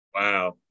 Wow